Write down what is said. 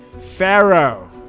pharaoh